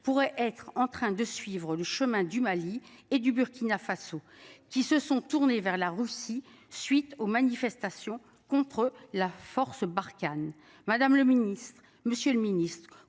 pourrait être en train de suivre le chemin du Mali et du Burkina Faso qui se sont tournés vers la Russie suite aux manifestations contre la force Barkhane Madame le Ministre, Monsieur le Ministre,